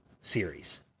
series